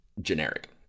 generic